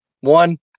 One